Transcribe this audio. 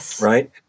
right